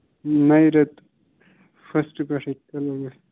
نَوِ ریٚتہٕ فٔسٹ پیٚٹھٕے تُلو بہٕ